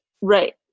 right